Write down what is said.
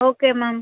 okay ma'am